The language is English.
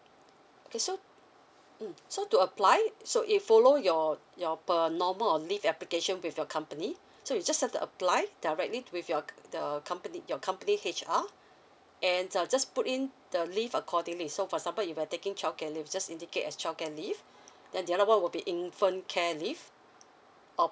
okay so mm so to applied so if follow your your per normal of leave application with your company so you just have to applied directly with your the company your company H_R and uh just put in the leave accordingly so for example if you're taking childcare leave just indicate as childcare leave then the other one will be infant care leave of